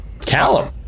Callum